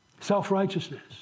Self-righteousness